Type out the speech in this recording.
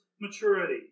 maturity